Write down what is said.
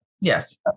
Yes